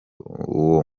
uwo